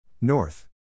North